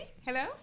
Hello